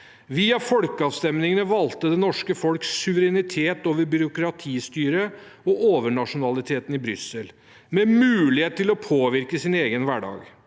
Via folkeavstemningene valgte det norske folk suverenitet over byråkratistyret og overnasjonaliteten i Brussel, med mulighet til å påvirke egen hverdag.